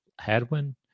Hadwin